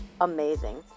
amazing